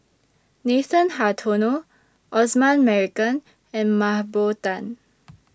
Nathan Hartono Osman Merican and Mah Bow Tan